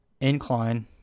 incline